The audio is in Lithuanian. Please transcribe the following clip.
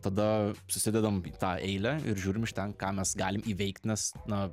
tada susidedam į tą eilę ir žiūrim iš ten ką mes galim įveikt nes na